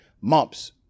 mumps